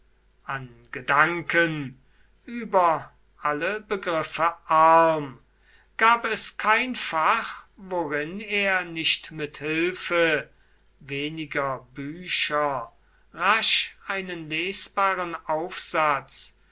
an gedanken über alle begriffe arm gab es kein fach worin er nicht mit hilfe weniger bücher rasch einen lesbaren aufsatz